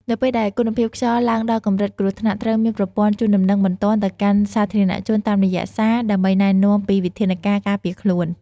នៅពេលដែលគុណភាពខ្យល់ឡើងដល់កម្រិតគ្រោះថ្នាក់ ត្រូវមានប្រព័ន្ធជូនដំណឹងបន្ទាន់ទៅកាន់សាធារណជនតាមរយៈសារ ដើម្បីណែនាំពីវិធានការការពារខ្លួន។